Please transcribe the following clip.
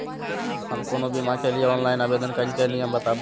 हम कोनो बीमा के लिए ऑनलाइन आवेदन करीके नियम बाताबू?